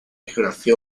geografía